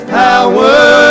power